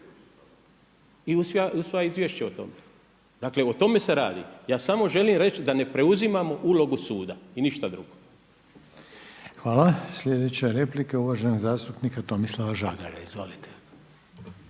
i uz sva izvješća o tome. Dakle o tome se radi. Ja samo želim reći da ne preuzimamo ulogu suda i ništa drugo. **Reiner, Željko (HDZ)** Hvala lijepo. Sljedeća replika uvaženog zastupnika Tomislava Žagara. Izvolite.